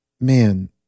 man